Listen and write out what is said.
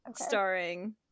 starring